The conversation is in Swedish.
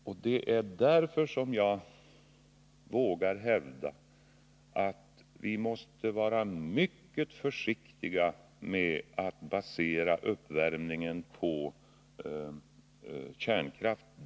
Det är mot denna bakgrund som jag vågar hävda att vi måste vara mycket försiktiga med att basera uppvärmningen på kärnkraft.